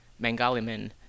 Mangaliman